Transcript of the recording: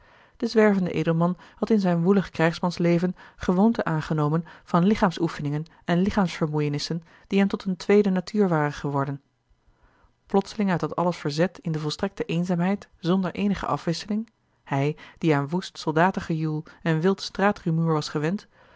de zwervende edelman had in zijn woelig krijgsmansleven gewoonten aangenomen van lichaamsoefeningen en lichaamsvermoeienissen die hem tot een tweede natuur waren geworden plotseling uit dat alles verzet in de volstrekte eenzaamheid zonder eenige afwisseling hij die aan woest soldaten gejoel en wild straatrumoer was gewend